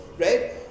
Right